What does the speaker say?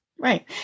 Right